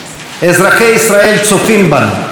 אזרחי ישראל צופים בנו,